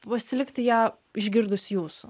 pasilikti ją išgirdus jūsų